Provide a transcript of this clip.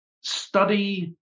study